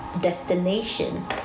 destination